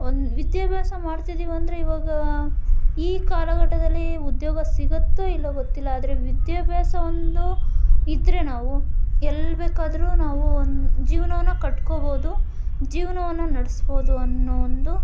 ಒಂದು ವಿದ್ಯಾಭ್ಯಾಸ ಮಾಡ್ತಿದೀವಿ ಅಂದರೆ ಇವಾಗ ಈ ಕಾಲಘಟ್ಟದಲ್ಲಿ ಉದ್ಯೋಗ ಸಿಗುತ್ತೋ ಇಲ್ವೋ ಗೊತ್ತಿಲ್ಲ ಆದರೆ ವಿದ್ಯಾಭ್ಯಾಸ ಒಂದು ಇದ್ದರೆ ನಾವು ಎಲ್ಲಿ ಬೇಕಾದ್ರೂ ನಾವು ಒನ್ ಜೀವನವನ್ನ ಕಟ್ಕೋಬೋದು ಜೀವನವನ್ನ ನಡ್ಸ್ಬೋದು ಅನ್ನೋ ಒಂದು